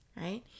right